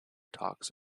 talks